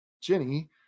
Jenny